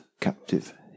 captive